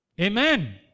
Amen